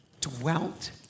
Dwelt